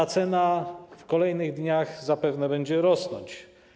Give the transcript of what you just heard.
Ta cena w kolejnych dniach zapewne będzie rosnąć.